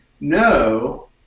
no